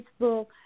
Facebook